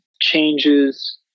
changes